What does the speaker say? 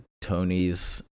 Tony's